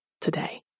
today